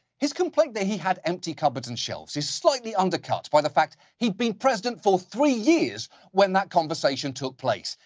his complaint that he had empty cupboards and shelves is slightly undercut by the fact he'd been president for three years when that conversation took place.